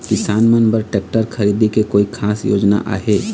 किसान मन बर ट्रैक्टर खरीदे के कोई खास योजना आहे?